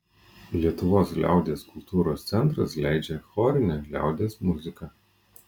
lietuvos liaudies kultūros centras leidžia chorinę liaudies muziką